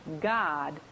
God